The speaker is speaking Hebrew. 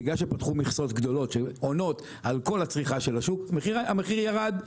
בגלל שפתחו מכסות גדולות שעונות על כל הצריכה של השוק המחיר ירד,